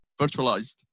virtualized